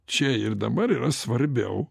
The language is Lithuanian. čia ir dabar yra svarbiau